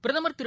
பிரதமர் திரு